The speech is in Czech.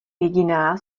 jediná